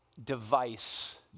device